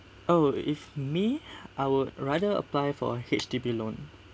oh if me I would rather apply for H_D_B loan